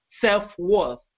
self-worth